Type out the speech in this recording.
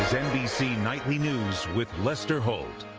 nbc nightly news with lester holt.